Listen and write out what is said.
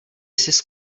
sis